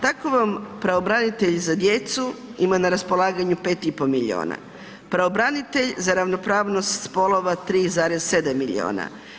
Tako vam pravobranitelj za djecu ima na raspolaganju 5,5 milijuna, pravobranitelj za ravnopravnost spolova 3,7 milijuna.